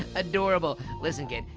ah adorable. listen, kid,